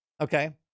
okay